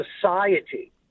society